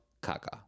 Kaka